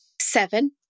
Seven